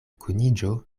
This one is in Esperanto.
kuniĝo